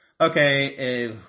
Okay